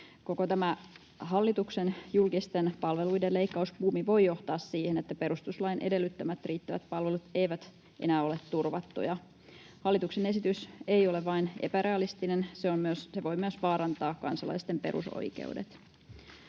tämä hallituksen julkisten palveluiden leikkausbuumi voi johtaa siihen, että perustuslain edellyttämät riittävät palvelut eivät enää ole turvattuja. Hallituksen esitys ei ole vain epärealistinen, se voi myös vaarantaa kansalaisten perusoikeudet.